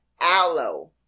Aloe